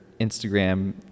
Instagram